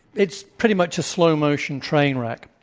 it's pretty much a slow-motion train wreck.